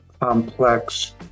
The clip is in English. complex